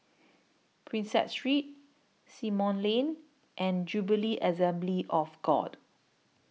Prinsep Street Simon Lane and Jubilee Assembly of God